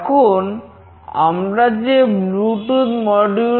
এখন আমরা যে ব্লুটুথ মডিউল